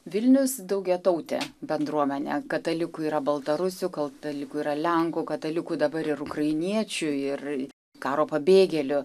vilnius daugiatautė bendruomenė katalikų yra baltarusių katalikų yra lenkų katalikų dabar ir ukrainiečių ir karo pabėgėlių